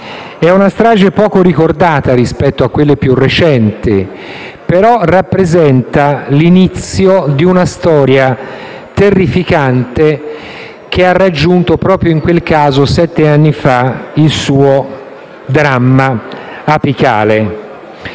È una strage poco ricordata rispetto a quelle più recenti, però rappresenta l'inizio di una storia terrificante che ha raggiunto proprio in quel caso, sette anni fa, il suo dramma apicale.